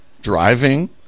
driving